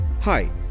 Hi